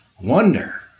wonder